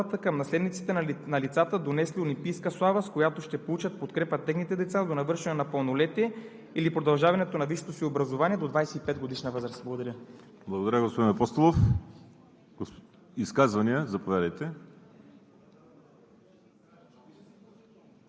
колеги, това е по-скоро кауза, като така можем да изразим отношението на признателност на държавата към наследниците на лицата, донесли олимпийска слава, с която ще получат подкрепа техните деца до навършване на пълнолетие или продължаване на висшето си образование до 25-годишна възраст. Благодаря. ПРЕДСЕДАТЕЛ